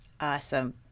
Awesome